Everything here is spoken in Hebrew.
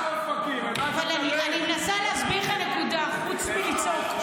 אני מנסה להסביר לך נקודה חוץ מלצעוק,